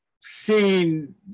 seen